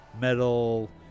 metal